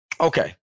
okay